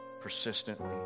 persistently